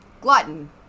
glutton